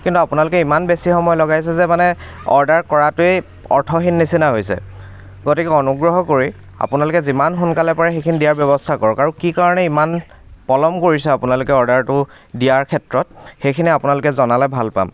কিন্তু আপোনালোকে ইমান বেছি সময় লগাইছে যে মানে অৰ্ডাৰ কৰাটোৱে অৰ্থহীন নিচিনা হৈছে গতিকে অনুগ্ৰহ কৰি আপোনালোকে যিমান সোনকালে পাৰে সেইখিনি দিয়াৰ ব্যৱস্থা কৰক আৰু কি কাৰণে ইমান পলম কৰিছে আপোনালোকে অৰ্ডাৰটো দিয়াৰ ক্ষেত্ৰত সেইখিনি আপোনালোকে জনালে ভাল পাম